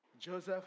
Joseph